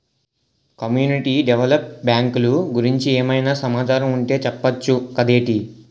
community develop బ్యాంకులు గురించి ఏమైనా సమాచారం ఉంటె చెప్పొచ్చు కదేటి